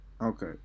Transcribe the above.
Okay